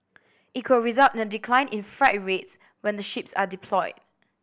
it could result in a decline in freight rates when the ships are deployed